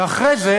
ואחרי זה